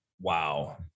Wow